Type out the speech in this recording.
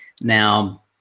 now